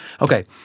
Okay